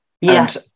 yes